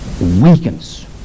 weakens